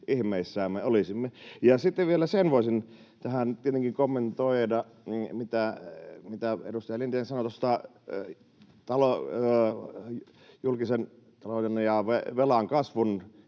ihmeissämme olisimme. Sitten vielä sen voisin tähän tietenkin kommentoida — mitä edustaja Lindén sanoi tuosta julkisen talouden ja velan kasvun